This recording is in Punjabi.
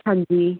ਹਾਂਜੀ